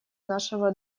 нашего